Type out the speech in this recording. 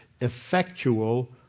effectual